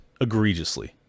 egregiously